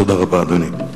תודה רבה, אדוני.